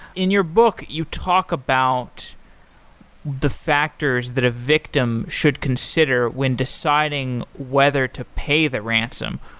in your book, you talk about the factors that a victim should consider when deciding whether to pay the ransom.